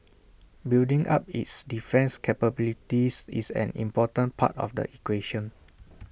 building up its defence capabilities is an important part of the equation